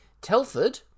Telford